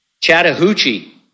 Chattahoochee